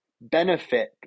benefit